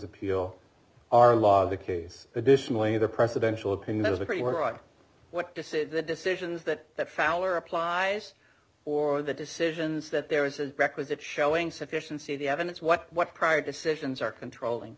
appeal our law the case additionally the presidential opinion it was a pretty right what to say the decisions that the fouler applies or the decisions that there is a requisite showing sufficiency the evidence what what prior decisions are controlling